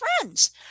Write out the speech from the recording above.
friends